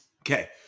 Okay